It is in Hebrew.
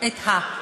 אני